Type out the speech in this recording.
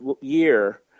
year